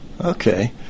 okay